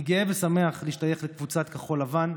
אני גאה ושמח להשתייך לקבוצת כחול לבן.